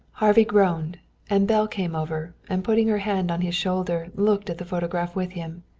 harvey groaned and belle came over and putting her hand on his shoulder looked at the photograph with him.